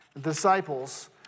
Disciples